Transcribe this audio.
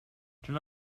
turn